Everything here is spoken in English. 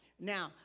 Now